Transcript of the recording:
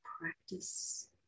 practice